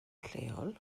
lleol